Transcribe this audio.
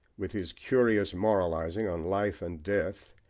with his curious moralising on life and death,